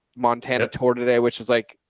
montana tour today, which is like,